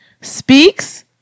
speaks